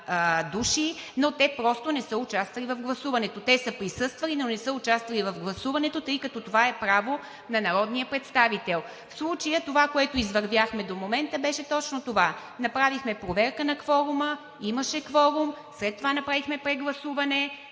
души, но те просто не са участвали в гласуването. Те са присъствали, но не са участвали в гласуването, тъй като това е право на народния представител. В случая, това, което извървяхме до момента, беше точно това – направихме проверка на кворума, имаше кворум, след това направихме прегласуване,